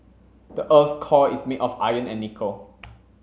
the earth's core is made of iron and nickel